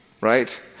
right